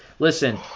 Listen